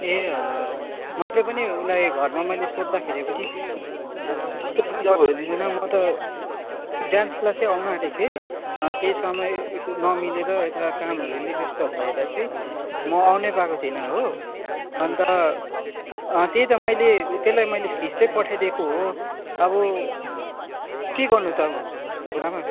ए हजुर हजुर मैले पनि उसलाई घरमा मैले सोद्धाखेरि पनि त्यस्तो केही पनि जवाबहरू दिँदैन म त डान्स क्लासै आउनु आँटेको थिएँ केही समय नमिलेर यता कामहरूले व्यस्त भएर चाहिँ म आउनै पाएको थिइन हो अन्त त्यही त मैले त्यसलाई मैले फिस चाहिँ पठाइदिएको हो अब के गर्नु त गुरुआमा